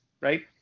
right